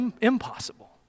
impossible